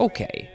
Okay